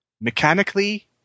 mechanically